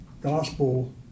gospel